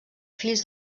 fills